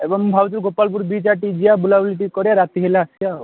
ଏବଂ ମୁଁ ଭାବୁଥିଲି ଗୋପାଳପୁର ବିଚ୍ ଆଡ଼େ ଟିକେ ଯିବା ବୁଲାବୁଲି କରିବା ରାତି ହେଲେ ଆସିବା ଆଉ